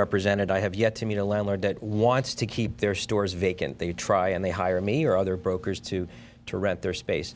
represented i have yet to meet a landlord that wants to keep their stores vacant they try and they hire me or other brokers to to rent their space